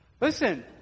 Listen